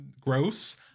gross